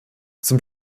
zum